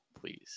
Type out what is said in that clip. please